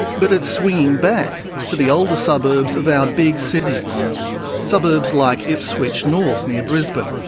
but it's swinging back to the older suburbs of our big cities suburbs like ipswich north, near brisbane,